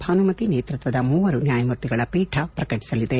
ಭಾನುಮತಿ ನೇತೃತ್ವದ ಮೂವರು ನ್ಯಾಯಮೂರ್ತಿಗಳ ಪೀಠ ಪ್ರಕಟಿಸಲಿದೆ